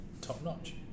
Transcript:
top-notch